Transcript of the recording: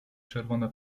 czerwone